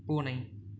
பூனை